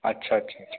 अच्छा अच्छा छा